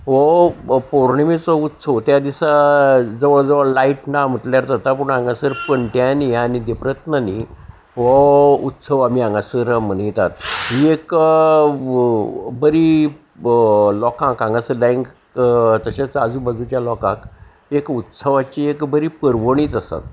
हो पौर्णिमेचो उत्सव त्या दिसा जवळ जवळ लायट ना म्हटल्यार जाता पूण हांगासर पंट्यांनी आनी दिप्रत्ननी हो उत्सव आमी हांगासर मनयतात ही एक बरी लोकांक हांगासरयक तशेंच आजू बाजूच्या लोकांक एक उत्सवाची एक बरी परवणीच आसात